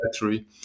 battery